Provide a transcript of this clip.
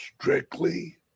Strictly